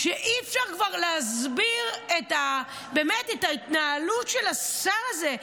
אי-אפשר כבר להסביר באמת את ההתנהלות של השר הזה,